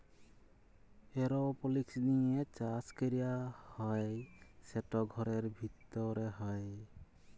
এরওপলিক্স দিঁয়ে চাষ ক্যরা হ্যয় সেট ঘরের ভিতরে হ্যয়